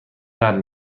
درد